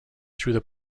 through